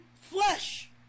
flesh